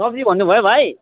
सब्जी भन्नुभयो भाइ